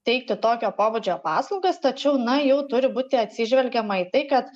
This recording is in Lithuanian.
teikti tokio pobūdžio paslaugas tačiau na jau turi būti atsižvelgiama į tai kad